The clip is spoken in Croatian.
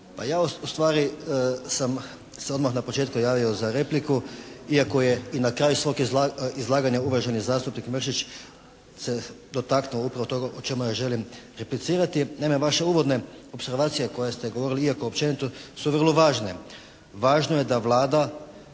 Pa ja ustvari sam se odmah na početku javio za repliku iako je i na kraju svog izlaganja uvaženi zastupnik Mršić se dotaknuo upravo toga o čemu ja želim replicirati. Naime vaše uvodne opservacije koje ste govorili iako općenito, su vrlo važne. Važno je da Vlada,